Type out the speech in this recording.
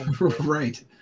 Right